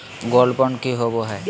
Gold bond की होबो है?